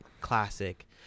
classic